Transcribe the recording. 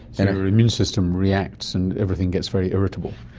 and your immune system reacts and everything gets very irritable.